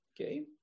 Okay